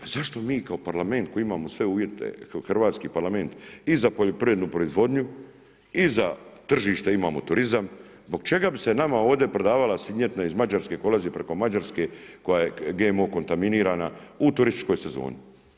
A zašto mi kao Parlament koji imamo sve uvjete, hrvatski Parlament i za poljoprivrednu proizvodnju i za tržište imamo turizam, zbog čega bi se nama ovdje prodavala svinjetina iz Mađarske koja ulazi preko Mađarske koja je GMO kontaminirana u turističkoj sezoni?